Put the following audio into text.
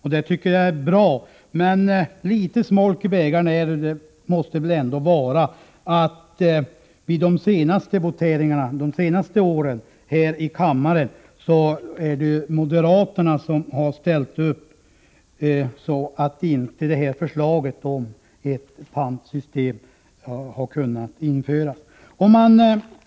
Detta tycker jag är bra, men litet smolk i bägaren måste det väl ändå vara att det vid voteringarna här i kammaren de senaste åren har varit moderaterna som har medverkat till att det här förslaget om ett pantsystem inte har kunnat införas.